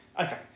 Okay